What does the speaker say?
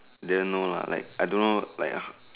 then no lah like I don't know like ah